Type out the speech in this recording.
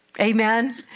Amen